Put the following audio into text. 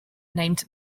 named